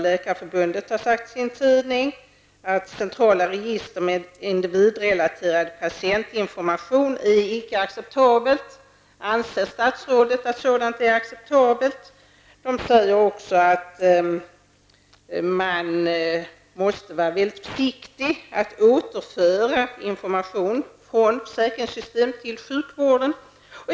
Läkarförbundet har i en tidning skrivit att centrala register med individrelaterad patientinformation inte är acceptabla. Anser statsrådet att sådant är acceptabelt? Läkarförbundet framhåller också att man måste vara mycket försiktig när det gäller att återföra information från försäkringssystemet till sjukvården.